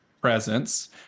presence